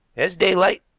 as daylight,